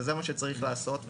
וזה מה שצריך לעשות,